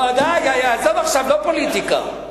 די, עזוב עכשיו, לא פוליטיקה.